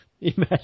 Imagine